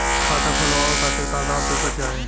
खाता खोलवाव खातिर का का पेपर चाही?